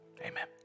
Amen